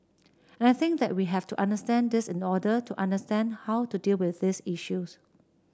and I think that we have to understand this in order to understand how to deal with these issues